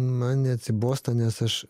man neatsibosta nes aš